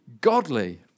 godly